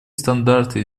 стандарты